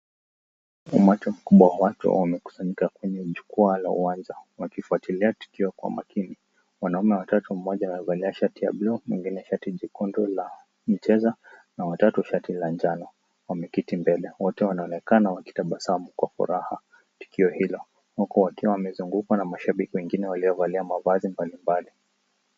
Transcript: Umati mkubwa wa watu wamekusanyika kwenye jukwaa la uwanjwa, wakifuatilia tukio kwa makini. Wanaume watatu, mmoja amevalia shati ya buluu, mwingine shati jekundu la mcheza, na watatu shati la njano, wameketi mbele. Wote wanaonekana wakitabasamu kwa furaha tukio hilo, huku wakiwa wamezungukwa na mashabiki wengine wliovalia mavazi mbalimbali.